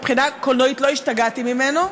מבחינה קולנועית לא השתגעתי ממנו,